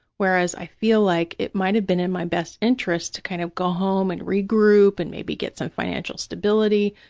whereas i feel like it might have been in my best interest to kind of go home and regroup and maybe get some financial stability.